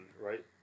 right